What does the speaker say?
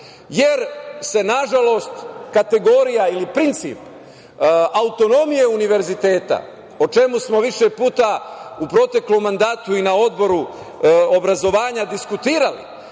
jer se nažalost kategorija ili princip autonomije univerziteta, o čemu smo više puta u proteklom mandatu i na Odboru obrazovanja diskutovali,